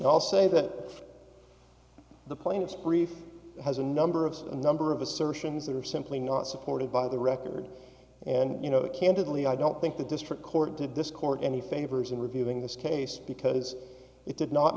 all say that the plaintiff's brief has a number of a number of assertions that are simply not supported by the record and you know candidly i don't think the district court did this court any favors in reviewing this case because it did not